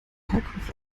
herkunft